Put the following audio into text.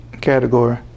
category